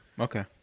Okay